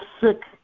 sick